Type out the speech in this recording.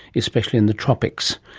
especially in the tropics.